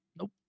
Nope